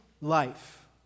life